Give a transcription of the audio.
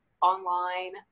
online